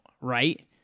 right